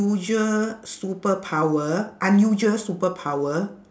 usual superpower unusual superpower